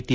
T